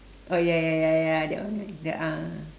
uh ya ya ya ya that one right the ah